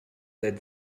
seit